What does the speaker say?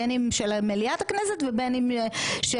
בין אם של מליאת הכנסת ובין אם של